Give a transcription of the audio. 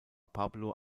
pablo